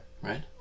Right